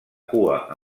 cua